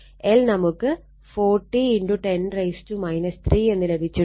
L നമുക്ക് 40 10 3 എന്ന് ലഭിച്ചിട്ടുണ്ട്